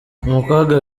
umukobwa